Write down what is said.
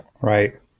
Right